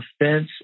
offense